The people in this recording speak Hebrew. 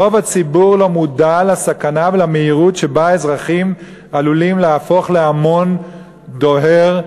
רוב הציבור לא מודע לסכנה ולמהירות שבה אזרחים עלולים להפוך להמון דוהר,